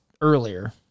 earlier